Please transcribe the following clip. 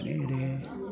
ओमफ्राय ओरै